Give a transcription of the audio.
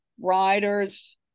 Riders